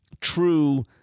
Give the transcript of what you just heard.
true